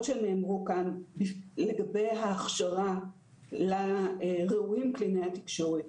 שנאמרו כאן לגבי ההכשרה לקלינאי תקשורת